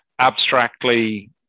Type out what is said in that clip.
abstractly